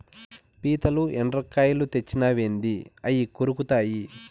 పీతలు, ఎండ్రకాయలు తెచ్చినావేంది అయ్యి కొరుకుతాయి